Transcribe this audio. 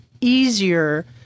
easier